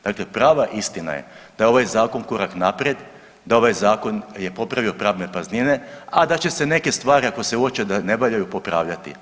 Dakle, prava istina je da je ovaj Zakon korak naprijed, da je ovaj Zakon popravio pravne praznine, a da će se neke stvari ako se uoče da ne valjaju popravljati.